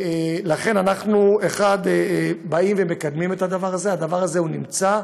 לכן, אנחנו מקדמים את הדבר הזה, הדבר הזה נמצא.